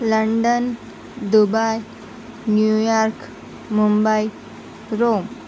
London Dubai New York Mumbai Rome